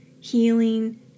healing